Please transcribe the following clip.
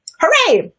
Hooray